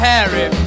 Harry